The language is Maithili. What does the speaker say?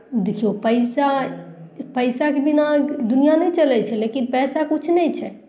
देखियौ पैसा पैसाके बिना दुनिआँ नहि चलै छै लेकिन पैसा किछु नहि छै